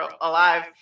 alive